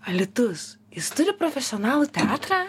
alytus jis turi profesionalų teatrą